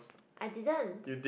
I didn't